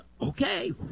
Okay